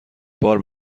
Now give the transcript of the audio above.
بار